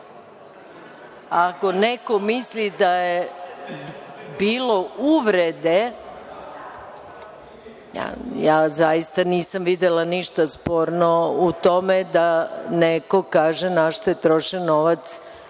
Ako neko misli da je bilo uvrede, ja zaista nisam videla ništa sporno u tome da neko kaže na šta je trošen novac